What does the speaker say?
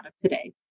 today